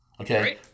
Okay